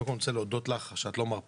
קודם כל אני רוצה להודות לך שאת לא מרפה